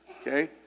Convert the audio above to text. okay